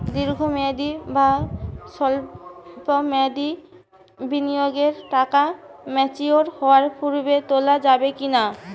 দীর্ঘ মেয়াদি বা সল্প মেয়াদি বিনিয়োগের টাকা ম্যাচিওর হওয়ার পূর্বে তোলা যাবে কি না?